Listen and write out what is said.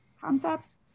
concept